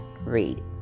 read